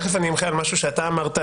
תכף אני אמחה על משהו שאתה אמרת,